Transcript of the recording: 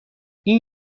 این